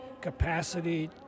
capacity